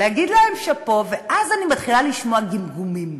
להגיד להם שאפו, ואז אני מתחילה לשמוע גמגומים.